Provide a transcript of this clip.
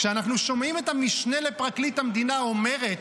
כשאנחנו שומעים את המשנה לפרקליט המדינה אומרת: